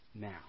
now